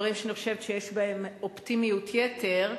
דברים שיש בהם אופטימיות יתר,